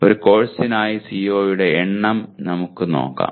ഒരു കോഴ്സിനായി CO യുടെ എണ്ണം ഞങ്ങൾ നോക്കും